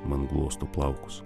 man glosto plaukus